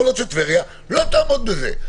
יכול להיות שטבריה לא תעמוד בזה,